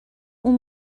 اون